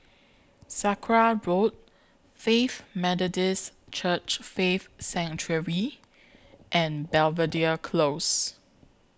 Sakra Road Faith Methodist Church Faith Sanctuary and Belvedere Close